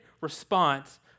response